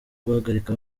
guhagarika